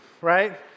right